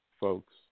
folks